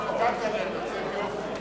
ההצעה להעביר את הנושא לוועדת החינוך,